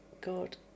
God